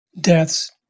deaths